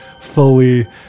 fully